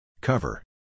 Cover